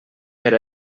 per